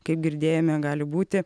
kaip girdėjome gali būti